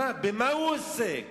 במה הוא עוסק?